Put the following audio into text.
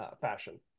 fashion